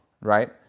right